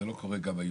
זה לא קורה גם היום.